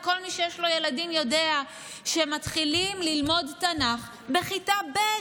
כל מי שיש לו ילדים יודע שמתחילים ללמוד תנ"ך בכיתה ב'.